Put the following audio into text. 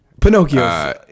Pinocchio